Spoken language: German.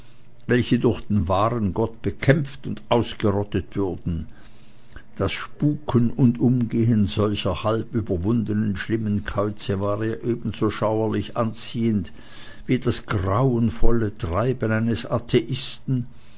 welche durch den wahren gott bekämpft und ausgerottet würden das spuken und umgehen solcher halb überwundenen schlimmen käuze war ihr ebenso schauerlich anziehend wie das grauenvolle treiben eines atheisten